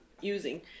using